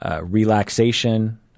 Relaxation